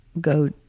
go